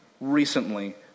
recently